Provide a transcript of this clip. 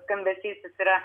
skambesys jis yra